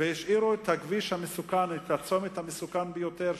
והשאירו את הצומת המסוכן ביותר,